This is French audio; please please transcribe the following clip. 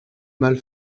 mal